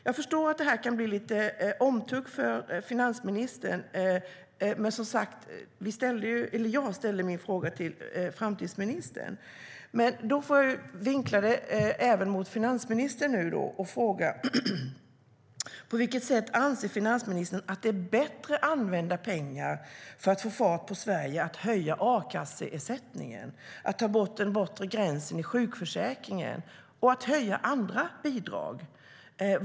Jag förstår att det kan bli lite omtugg här för finansministern, men jag ställde ju som sagt min interpellation till framtidsministern. Då får jag vinkla den även mot finansministern nu och fråga: På vilket sätt anser finansministern att det är bättre använda pengar för att få fart på Sverige att höja a-kasseersättningen, att ta bort den bortre gränsen i sjukförsäkringen och att höja andra bidrag?